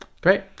Great